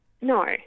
No